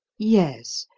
yes,